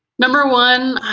number one,